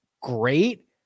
great